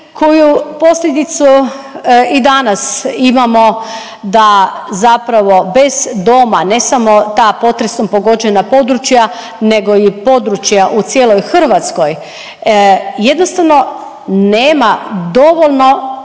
koju posljedicu i danas imamo da zapravo bez doma ne samo ta potresom pogođena područja nego i područja u cijeloj Hrvatskoj jednostavno nema dovoljno